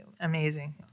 amazing